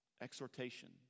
exhortation